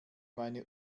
meine